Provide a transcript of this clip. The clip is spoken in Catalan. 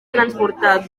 transportar